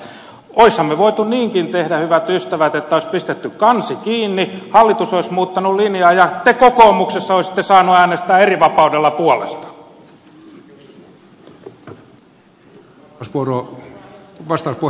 olisimmehan me voineet niinkin tehdä hyvät ystävät että olisi pistetty kansi kiinni hallitus olisi muuttanut linjaa ja te kokoomuksessa olisitte saaneet äänestää erivapaudella puolesta